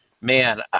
man